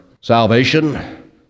salvation